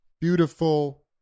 beautiful